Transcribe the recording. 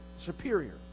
superior